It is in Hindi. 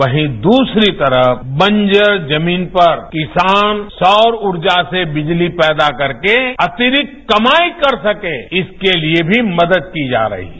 वहीं दूसरी तरफ बंजर जमीन पर किसान सौर ऊर्जा से बिजली पैदा करके अतिरिक्त कमाई कर सके इसके लिए भी मदद की जा रही है